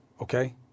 Okay